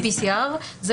נכון,